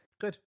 Good